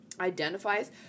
identifies